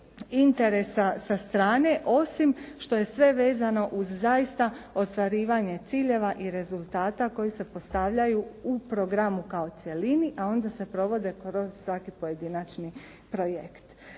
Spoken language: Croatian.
interesa sa strane osim što je sve vezano uz zaista ostvarivanje ciljeva i rezultata koji se postavljaju u programu kao cjelini a onda se provode kroz svaki pojedinačni projekt.